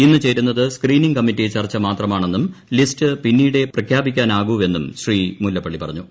ഇന്നു ചേരുന്നത് screening committee ചർച്ച മാത്രമാണെന്നും ലിസ്റ്റ് പിന്നീടേ പ്രഖ്യാപിക്കാനാകുവെന്നും മുല്ലപ്പള്ളി പറഞ്ഞു